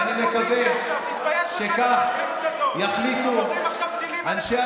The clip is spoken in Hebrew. ואני מקווה שכך יחליטו אנשי